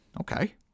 okay